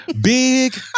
big